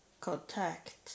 contact